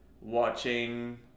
watching